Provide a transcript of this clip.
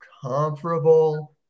Comparable